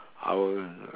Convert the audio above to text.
I will